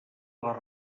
les